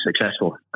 successful